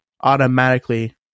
automatically